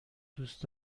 دوست